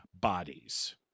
bodies